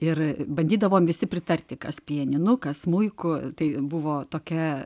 ir bandydavome visi pritarti kas pianinu kas smuiku tai buvo tokia